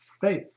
faith